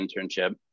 internship